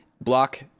block